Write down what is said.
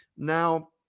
Now